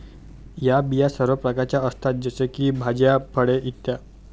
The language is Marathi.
या बिया सर्व प्रकारच्या असतात जसे की भाज्या, फळे इ